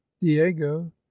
diego